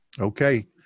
Okay